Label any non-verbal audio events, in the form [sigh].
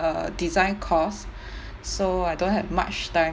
uh design course [breath] so I don't have much time